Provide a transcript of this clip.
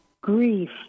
grief